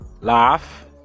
laugh